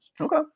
okay